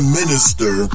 minister